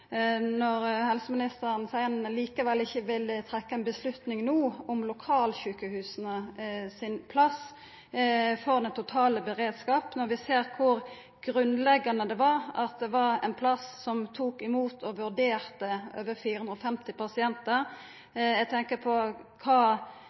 når helseministeren seier han ikkje vil trekkja ein konklusjon no om lokalsjukehusa si rolle i den totale beredskapen, når vi ser kor grunnleggjande det var at det var ein plass som tok imot og vurderte over 450 pasientar.